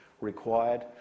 required